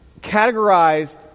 categorized